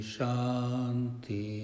Shanti